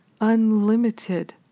unlimited